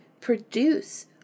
produce